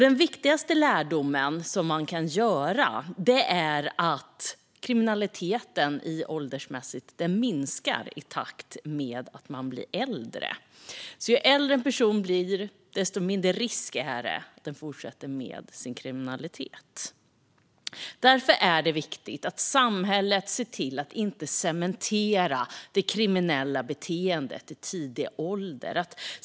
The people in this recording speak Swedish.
Den viktigaste lärdomen vi kan dra är att kriminalitet minskar i takt med att personer blir äldre. Ju äldre personen blir, desto mindre risk är det alltså att den fortsätter med sin kriminalitet. Det är därför viktigt att samhället ser till att inte cementera det kriminella beteendet i tidig ålder.